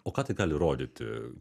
o ką tai gali rodyti